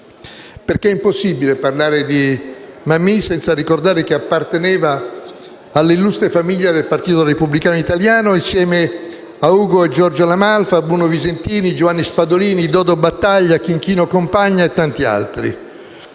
perché è impossibile parlare di Mammì senza ricordare che egli apparteneva all'illustre famiglia del Partito Repubblicano Italiano, insieme a Ugo e Giorgio La Malfa, Bruno Visentini, Giovanni Spadolini, Dodo Battaglia, Chinchino Compagna e tanti altri.